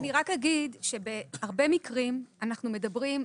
בהרבה מקרים אנחנו מדברים,